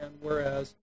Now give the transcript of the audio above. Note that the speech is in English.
whereas